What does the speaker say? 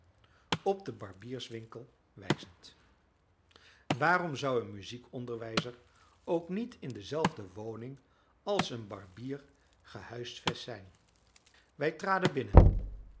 op den barbierswinkel wijzend waarom zou een muziekonderwijzer ook niet in dezelfde woning als een barbier gehuisvest zijn wij traden binnen